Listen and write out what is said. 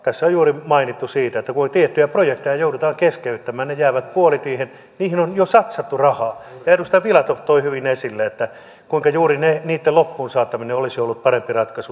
tässä on juuri mainittu siitä että tiettyjä projekteja joudutaan keskeyttämään ne jäävät puolitiehen niihin on jo satsattu rahaa ja edustaja filatov toi hyvin esille kuinka juuri niitten loppuun saattaminen olisi ollut parempi ratkaisu kuin niistä leikkaaminen